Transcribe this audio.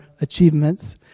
achievements